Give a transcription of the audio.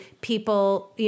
people